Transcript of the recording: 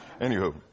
Anywho